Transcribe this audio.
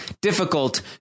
difficult